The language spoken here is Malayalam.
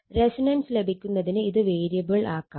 റെസൊണൻസ് ലഭിക്കുന്നതിന് ഇത് വേരിയബിൾ ആക്കാം